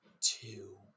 two